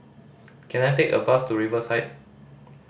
can I take a bus to Riverside